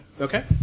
Okay